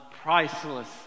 priceless